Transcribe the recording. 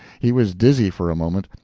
he was dizzy for a moment,